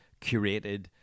curated